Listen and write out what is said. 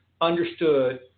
understood